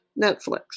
Netflix